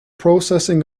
processing